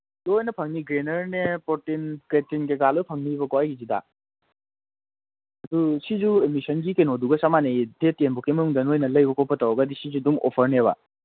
ꯂꯣꯏꯅ ꯐꯪꯒꯅꯤ ꯒ꯭ꯔꯦꯅꯔꯅꯦ ꯄ꯭ꯔꯣꯇꯤꯟ ꯀ꯭ꯔꯦꯇꯤꯟ ꯀꯔꯤ ꯀꯔꯥ ꯂꯣꯏꯅ ꯐꯪꯒꯅꯦꯕꯀꯣ ꯑꯩꯒꯤꯁꯤꯗ ꯑꯗꯨ ꯁꯤꯁꯨ ꯑꯦꯗꯃꯤꯁꯟꯒꯤ ꯀꯩꯅꯣꯗꯨꯒ ꯆꯞ ꯃꯥꯅꯩꯌꯦ ꯗꯦꯠ ꯇꯦꯟ ꯐꯥꯎꯕꯒꯤ ꯃꯅꯨꯡꯗ ꯅꯈꯣꯏꯅ ꯂꯩꯕ ꯈꯣꯠꯄ ꯇꯧꯔꯒꯗꯤ ꯁꯤꯁꯨ ꯑꯗꯨꯝ ꯑꯣꯐꯔꯅꯦꯕ